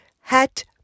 hat